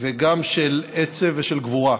וגם של עצב ושל גבורה.